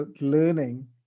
learning